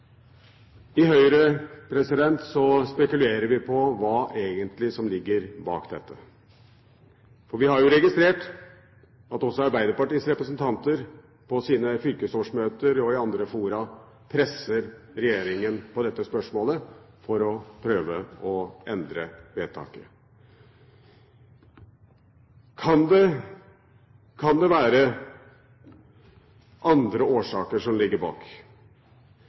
I Høyre spekulerer vi på hva som egentlig ligger bak dette. For vi har jo registrert at også Arbeiderpartiets representanter på sine fylkesårsmøter og i andre fora presser regjeringen på dette spørsmålet for å prøve å endre vedtaket. Kan det være andre årsaker som ligger bak?